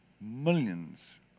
millions